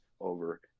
over